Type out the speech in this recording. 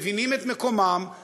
מבינים את מקומם,